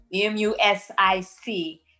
m-u-s-i-c